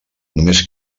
només